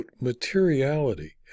materiality